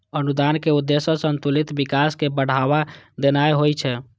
अनुदानक उद्देश्य संतुलित विकास कें बढ़ावा देनाय होइ छै